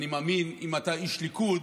אני מאמין שאם אתה איש ליכוד,